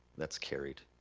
that's carried.